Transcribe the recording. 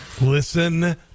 Listen